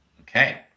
Okay